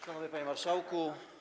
Szanowny Panie Marszałku!